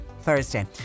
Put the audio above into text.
Thursday